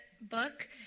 book